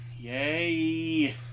yay